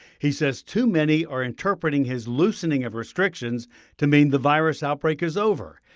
he says too many are interpreting his loosening of restrictions to mean the virus outbreak is over.